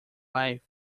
life